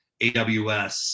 AWS